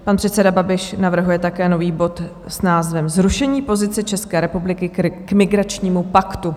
Pan předseda Babiš navrhuje také nový bod s názvem Zrušení pozice České republiky k migračnímu paktu.